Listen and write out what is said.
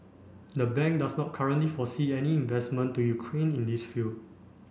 the bank does not currently foresee any investment to Ukraine in this field